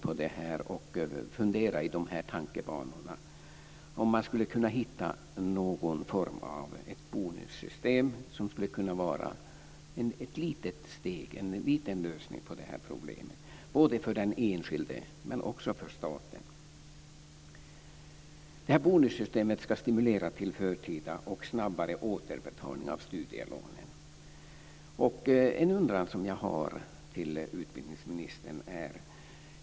Därför har vi funderat på om man skulle kunna hitta någon form av bonussystem som skulle kunna vara en liten lösning på det här problemet, både för den enskilde och för staten. Det här bonussystemet ska stimulera till förtida och snabbare återbetalning av studielånen. Jag har en undran till utbildningsministern.